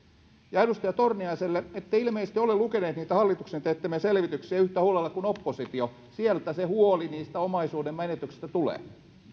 ja edustaja torniaiselle ette ilmeisesti ole lukenut niitä hallituksen teettämiä selvityksiä yhtä huolella kuin oppositio sieltä se huoli niistä omaisuuden menetyksistä tulee